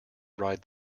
ride